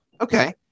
okay